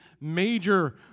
major